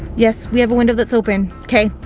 yes, we have a window that's open. k.